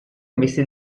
messa